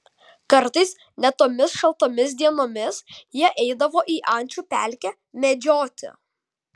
kartais net tomis šaltomis dienomis jie eidavo į ančių pelkę medžioti